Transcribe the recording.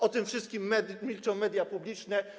O tym wszystkim milczą media publiczne.